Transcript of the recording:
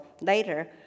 later